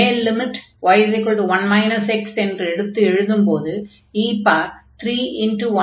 மேல் limit y 1 x என்று எடுத்து எழுதும் போது e33 என்று ஆகும்